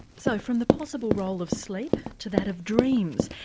so from the possible role of sleep to that of dreams.